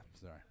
sorry